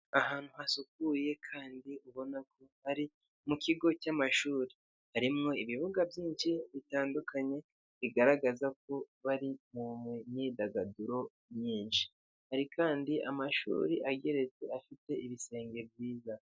Ahantu hasukuye kandi ubona ko ari mu kigo cy'amashuri harimo ibibuga byinshi bitandukanye bigaragaza ko bari mu myidagaduro myinshi hari kandi amashuri ageretse afite ibisenge byiza.